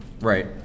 right